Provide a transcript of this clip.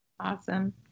Awesome